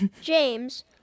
James